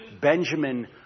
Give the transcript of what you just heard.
Benjamin